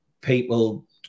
people